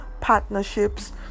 partnerships